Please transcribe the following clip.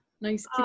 nice